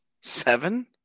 Seven